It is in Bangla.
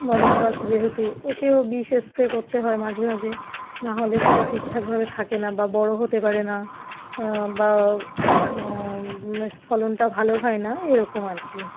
নরম গাছ যেহেতু ওকেও বিষ স্প্রে করতে হয় মাঝে মাঝে নাহলে সেটা ঠিকঠাকভাবে থাকে না বা বড়ো হতে পারে না বা ফলনটা ভালো হয় না এইরকম আর কি